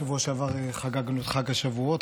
בשבוע שעבר חגגנו את חג השבועות,